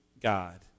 God